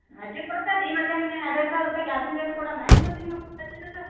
ಅಷ್ಟೆ ಕೊಡ್ತಾರೆ ರೀ ಮತ್ತೆ ನಿಮ್ಗೆ ಏನು ಎರಡು ಎರಡು ಸಾವಿರ ರೂಪಾಯಿ ಗ್ಯಾಸಿನ ರೇಟ್ ಕೊಡಣ ಏನು ನಿಮಗೆ ತಂದು ಹಚ್ಚಿದ್ದಕ್ಕೆ